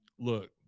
Look